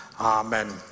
Amen